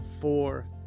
four